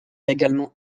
également